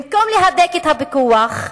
במקום להדק את הפיקוח,